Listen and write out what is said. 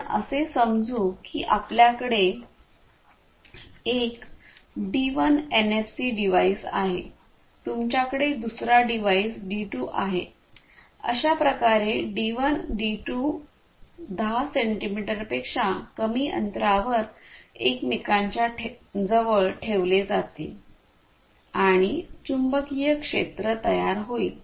आपण असे समजू की आपल्याकडे एक डी 1 एनएफसी डिव्हाइस आहे तुमच्याकडे दुसरा डिवाइस डी 2 आहे अशा प्रकारे डी 1 आणि डी 2 10 सेंटीमीटरपेक्षा कमी अंतरावर एकमेकांच्या जवळ ठेवले जातील आणि चुंबकीय क्षेत्र तयार होईल